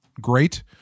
great